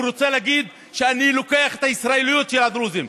הוא רוצה להגיד: אני לוקח את הישראליות של הדרוזים.